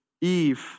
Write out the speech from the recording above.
Eve